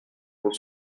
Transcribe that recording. pour